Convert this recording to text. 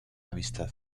amistad